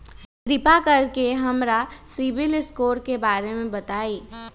कृपा कर के हमरा सिबिल स्कोर के बारे में बताई?